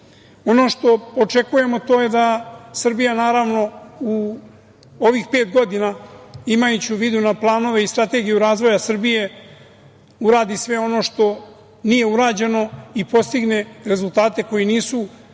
što očekujemo to je da Srbija, naravno u ovih pet godina imajući u vidu da planove i strategiju razvoja Srbije uradi sve ono što nije urađeno i postigne rezultate koji nisu uspeli